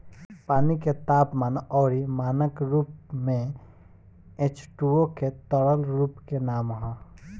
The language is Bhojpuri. पानी के तापमान अउरी मानक रूप में एचटूओ के तरल रूप के नाम ह